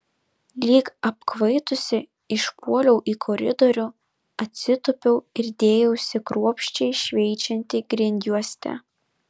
lyg apkvaitusi išpuoliau į koridorių atsitūpiau ir dėjausi kruopščiai šveičianti grindjuostę